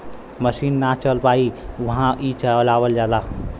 मसीन ना चल पाई उहा ई चलावल जाला